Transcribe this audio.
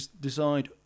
decide